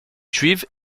juive